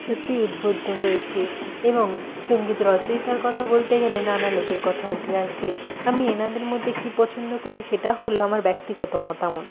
সত্যিই উদ্বুদ্ধ হয়েছি এবং সঙ্গীত রচয়িতার কথা বলতে গেলে নানা লোকের কথা উঠে আসবে আমি এনাদের মধ্যে কী পছন্দ করি সেটা হলো আমার ব্যক্তিগত মতামত